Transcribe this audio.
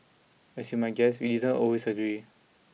as you might guess we didn't always agree